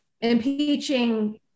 impeaching